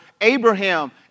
Abraham